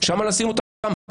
שם לשים אותם?